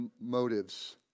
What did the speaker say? motives